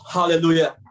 Hallelujah